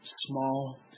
small